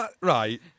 Right